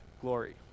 glory